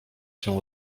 się